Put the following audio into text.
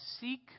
seek